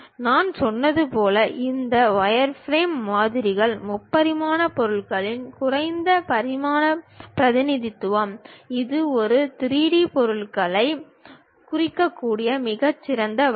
நான் சொன்னது போல இந்த வயர்ஃப்ரேம் மாதிரிகள் முப்பரிமாண பொருளின் குறைந்த பரிமாண பிரதிநிதித்துவம் இது ஒரு 3D பொருளைக் குறிக்கக்கூடிய மிகச்சிறிய வழி